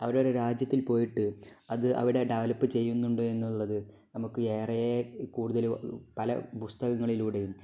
അവരുടെ രാജ്യത്തിൽ പോയിട്ട് അത് അവിടെ ഡെവലപ്പ് ചെയ്യുന്നുണ്ടെന്നുള്ളത് നമുക്ക് കൂടുതല് പല പുസ്തകങ്ങളിലൂടെയും